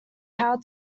how